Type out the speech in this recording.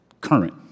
current